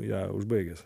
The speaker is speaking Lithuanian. ją užbaigęs